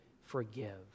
forgive